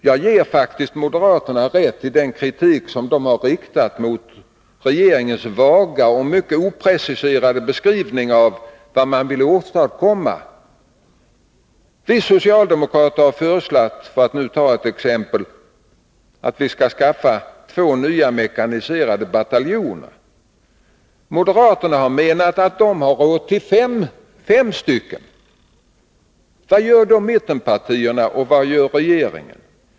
Jag ger faktiskt moderaterna rätt i den kritik som de riktat mot regeringens vaga och mycket opreciserade beskrivning av vad man vill åstadkomma. Vi socialdemokrater har — för att ta ett exempel — föreslagit två nya mekaniserade bataljoner. Moderaterna har menat sig ha råd till fem. Vad säger då mittenpartierna och regeringen?